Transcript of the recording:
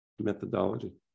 methodology